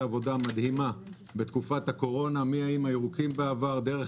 עבודה מדהימה בתקופת הקורונה מהאיים הירוקים בעבר ודרך